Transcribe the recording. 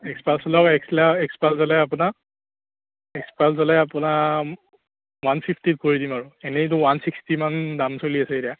XPulse লওক এ এক্সপাল্ছ ল'লে আপোনাৰ এক্সপাল্ছ ল'লে আপোনাৰ ওৱান ফিফ্টীত কৰি দিম আৰু এনেইতো ওৱান ছিক্সটিমান দাম চলি আছে এতিয়া